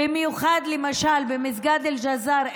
במיוחד למשל במסגד אל-ג'זאר,